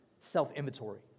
self-inventory